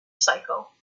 cycle